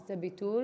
נעשה ביטול